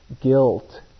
guilt